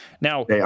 Now